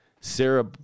Sarah